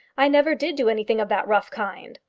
i never did do anything of that rough kind.